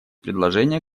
предложения